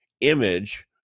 image